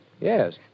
Yes